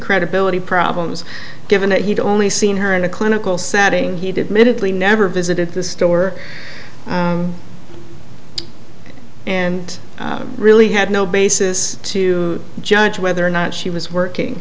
credibility problems given that he'd only seen her in a clinical setting he did medically never visited the store and i really had no basis to judge whether or not she was working